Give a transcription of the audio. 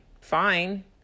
fine